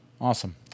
Awesome